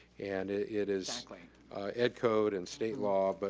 and it is ed code and state law, but